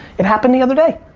it happened the other day.